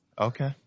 Okay